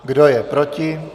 Kdo je proti?